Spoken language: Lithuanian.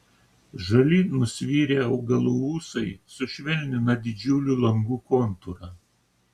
žali nusvirę augalų ūsai sušvelnina didžiulių langų kontūrą